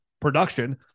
production